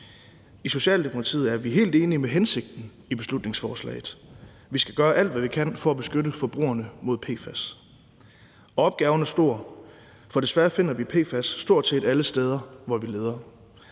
I Socialdemokratiet er vi helt enige i hensigten med beslutningsforslaget. Vi skal gøre alt, hvad vi kan, for at beskytte forbrugerne mod PFAS. Opgaven er stor, for desværre finder vi PFAS stort set alle steder, hvor vi leder.